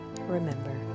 Remember